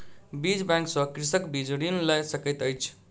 बीज बैंक सॅ कृषक बीज ऋण लय सकैत अछि